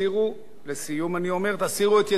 הסירו את ידיכם מן התקשורת בישראל.